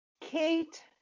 Kate